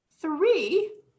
Three